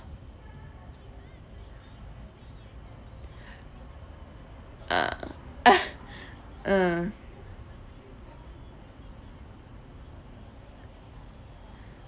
uh uh